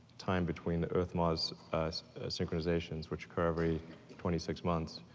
time between the earth mars synchronizations which occur every twenty six months,